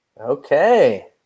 Okay